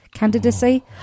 Candidacy